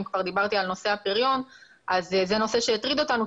אם כבר דיברתי על נושא הפריון אז זה נושא שהטריד אותנו,